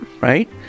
Right